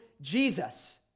Jesus